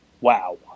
Wow